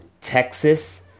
Texas